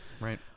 Right